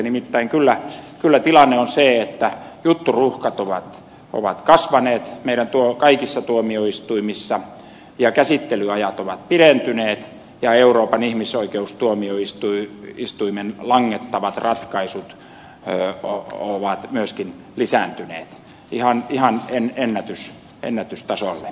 nimittäin kyllä tilanne on se että jutturuuhkat ovat kasvaneet meidän kaikissa tuomioistuimissamme ja käsittelyajat ovat pidentyneet ja euroopan ihmisoikeustuomioistuimen langettavat ratkaisut ovat myöskin lisääntyneet ihan ennätystasolle